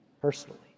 personally